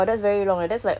ah